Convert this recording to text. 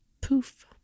poof